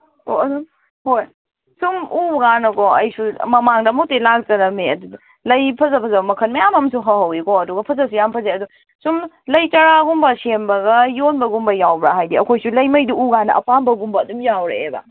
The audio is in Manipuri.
ꯑꯣ ꯑꯗꯨꯝ ꯍꯣꯏ ꯁꯨꯝ ꯎ ꯀꯥꯟꯗꯀꯣ ꯑꯩꯁꯨ ꯃꯃꯥꯡꯗ ꯑꯃꯨꯛꯇꯤ ꯂꯥꯛꯆꯔꯝꯃꯤ ꯑꯗꯨꯗ ꯂꯩ ꯐꯖ ꯐꯖꯕ ꯃꯈꯟ ꯃꯌꯥꯝ ꯑꯝꯁꯨ ꯍꯧꯍꯧꯋꯤꯀꯣ ꯑꯗꯨꯒ ꯐꯖꯁꯨ ꯌꯥꯝ ꯐꯖꯩ ꯑꯗꯨ ꯁꯨꯝ ꯂꯩ ꯆꯔꯥꯒꯨꯝꯕ ꯁꯦꯝꯕꯒ ꯌꯣꯟꯕꯒꯨꯝꯕ ꯌꯥꯎꯕ꯭ꯔꯥ ꯍꯥꯏꯗꯤ ꯑꯩꯈꯣꯏꯁꯨ ꯃꯂꯩꯍꯩꯗꯨ ꯎꯀꯥꯟꯗ ꯑꯄꯥꯝꯕꯒꯨꯝꯕ ꯑꯗꯨꯝ ꯌꯥꯎꯔꯛꯑꯦꯕ